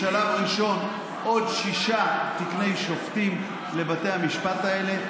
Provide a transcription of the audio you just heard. בשלב ראשון עוד שישה תקני שופטים לבתי המשפט האלה,